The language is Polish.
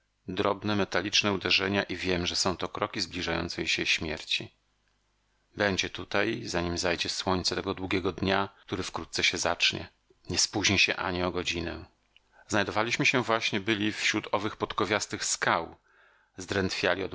drobne metaliczne uderzenia i wiem że są to kroki zbliżającej się śmierci będzie tutaj nim zajdzie słońce tego długiego dnia który wkrótce się zacznie nie spóźni się ani o godzinę znajdowaliśmy się właśnie byli wśród owych podkowiastych skał